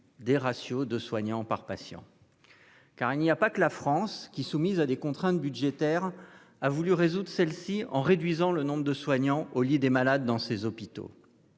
des ratios de soignants par patient. Il n'y a pas que la France qui, soumise à des contraintes budgétaires, a voulu résoudre celles-ci en réduisant le nombre de soignants au lit des malades dans ses hôpitaux.